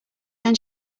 then